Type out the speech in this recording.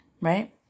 right